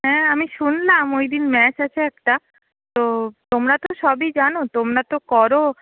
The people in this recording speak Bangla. হ্যাঁ আমি শুনলাম ওইদিন ম্যাচ আছে একটা তো তোমরা তো সবই জানো তোমরা তো করো